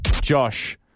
Josh